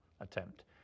Attempt